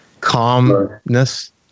calmness